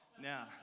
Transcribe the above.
Now